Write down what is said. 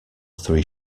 three